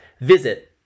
visit